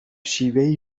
شیوهای